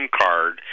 card